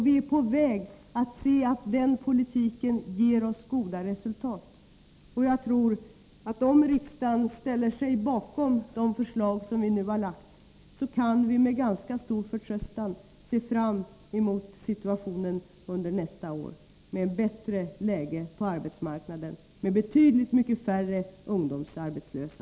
Vi är på väg — det ser vi nu — att få goda resultat av den politiken. Jag tror att om riksdagen ställer sig bakom de förslag vi nu har framlagt kan vi med ganska stor förtröstan se fram mot ett bättre läge på arbetsmarknaden nästa år med betydligt färre ungdomsarbetslösa.